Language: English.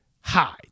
hide